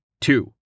two